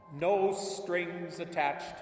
no-strings-attached